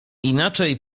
inaczej